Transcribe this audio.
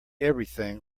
everything